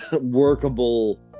workable